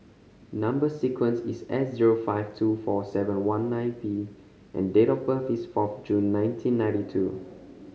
number sequence is S zero five two four seven one nine V and date of birth is fourth June nineteen ninety two